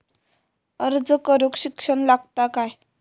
अर्ज करूक शिक्षण लागता काय?